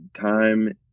time